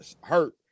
hurt